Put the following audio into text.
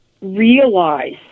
realize